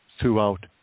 throughout